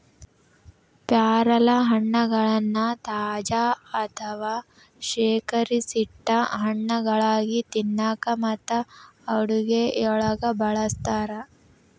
ಪ್ಯಾರಲಹಣ್ಣಗಳನ್ನ ತಾಜಾ ಅಥವಾ ಶೇಖರಿಸಿಟ್ಟ ಹಣ್ಣುಗಳಾಗಿ ತಿನ್ನಾಕ ಮತ್ತು ಅಡುಗೆಯೊಳಗ ಬಳಸ್ತಾರ